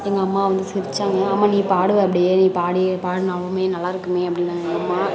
எங்கள் அம்மா வந்து சிரித்தாங்க அம்மா நீ பாடுவே அப்படியே நீ பாடியே பாடினாணுமே அப்படியே நல்லாருக்குமே அப்படினாங்க எங்கள் அம்மா